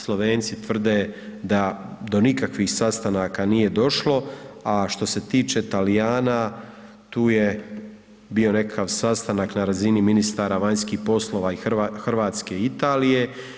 Slovenci tvrde da do nikakvih sastanaka nije došlo, a što se tiče Talijana, tu je bio nekakav sastanak na razini ministara vanjskih poslova Hrvatske i Italije.